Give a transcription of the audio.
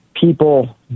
people